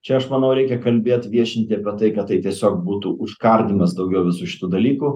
čia aš manau reikia kalbėt viešinti apie tai kad tai tiesiog būtų užkardymas daugiau visų šitų dalykų